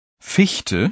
Fichte